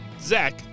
Zach